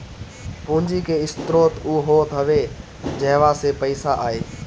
पूंजी के स्रोत उ होत हवे जहवा से पईसा आए